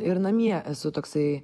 ir namie esu toksai